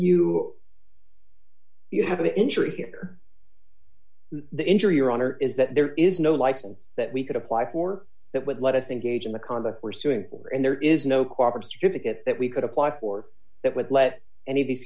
you you have a injury here the injury your honor is that there is no license that we could apply for that would let us in gauging the conduct pursuing and there is no corporate certificate that we could apply for that would let any of these